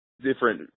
different